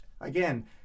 again